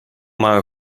mały